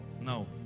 no